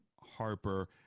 Harper